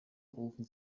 rufen